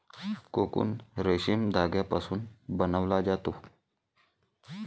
cocoon रेशीम धाग्यापासून बनवला जातो